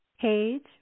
page